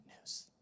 news